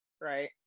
right